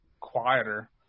quieter